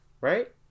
Right